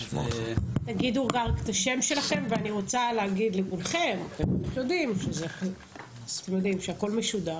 תגידו את השם שלכם ואני רוצה להגיד לכולכם שהכול משודר.